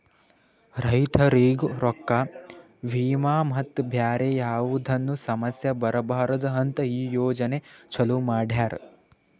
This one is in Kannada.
ರೈತುರಿಗ್ ರೊಕ್ಕಾ, ವಿಮಾ ಮತ್ತ ಬ್ಯಾರೆ ಯಾವದ್ನು ಸಮಸ್ಯ ಬರಬಾರದು ಅಂತ್ ಈ ಯೋಜನೆ ಚಾಲೂ ಮಾಡ್ಯಾರ್